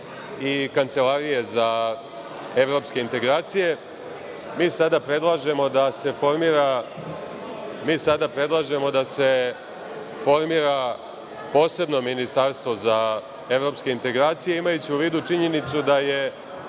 i Kancelarije za evropske integracije. Mi sada predlažemo da se formira posebno ministarstvo za evropske integracije, imajući u vidu činjenicu da je